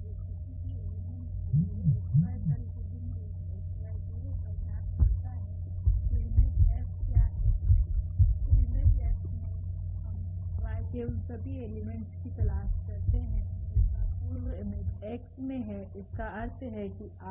तो हम y के केवल उन सभी एलिमेंट्स को एकत्रित करेगे जो𝑋के कुछ एलिमेंट्स पर